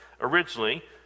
Originally